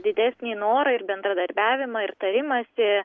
didesnį norą ir bendradarbiavimą ir tarimąsi